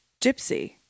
gypsy